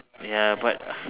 ya but